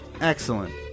Excellent